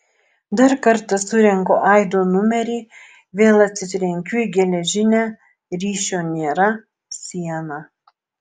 dar kartą surenku aido numerį vėl atsitrenkiu į geležinę ryšio nėra sieną